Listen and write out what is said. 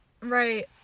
right